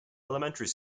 elementary